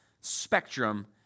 spectrum